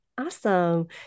Awesome